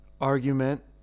argument